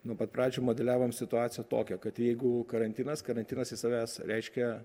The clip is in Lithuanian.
nuo pat pradžių modeliavom situaciją tokią kad jeigu karantinas karantinas iš savęs reiškia